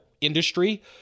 industry